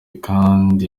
kandi